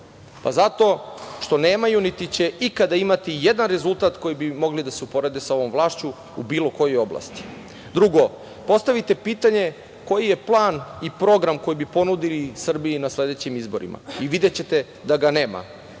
Pa, zato što nemaju niti će ikada imati jedan rezultat koji bi mogao da se uporedi sa ovom vlašću u bilo kojoj oblasti. Drugo, postavite pitanje koji je plan i program koji bi ponudili Srbiji na sledećim izborima i videćete da ga nema.